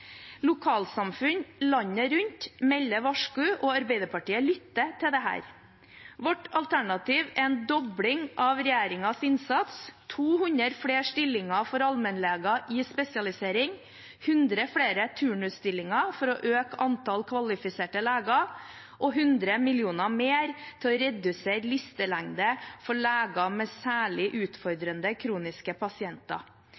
Lokalsamfunn landet rundt roper varsko, og Arbeiderpartiet lytter til dette. Vårt alternativ er en dobling av regjeringens innsats: 200 flere stillinger for allmennleger i spesialisering, 100 flere turnusstillinger for å øke antall kvalifiserte leger, og 100 mill. kr mer til å redusere listelengde for leger med særlig